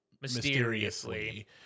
mysteriously